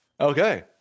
okay